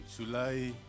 July